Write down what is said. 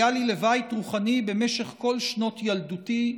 היה לי לבית רוחני במשך כל שנות ילדותי,